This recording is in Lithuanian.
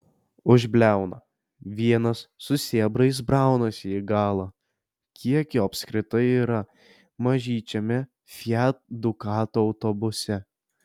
užbliauna vienas su sėbrais braunasi į galą kiek jo apskritai yra mažyčiame fiat ducato autobuse